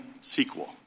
sequel